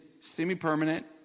semi-permanent